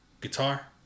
guitar